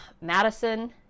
Madison